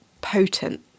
potent